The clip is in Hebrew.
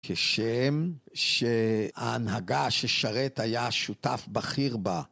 כשם שההנהגה ששרת היה שותף בכיר בה.